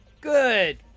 good